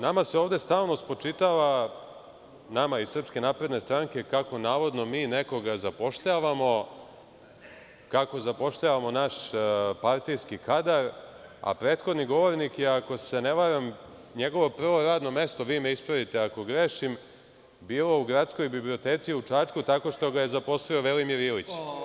Nama se ovde stalno spočitava, nama iz SNS kako navodno mi nekoga zapošljavamo, naš partijski kadar, a prethodni govornik je, ako se ne varam, njegovo prvo radno mesto, vi me ispravite ako grešim, bilo u Gradskoj biblioteci u Čačku, tako što ga je zaposlio Velimir Ilić.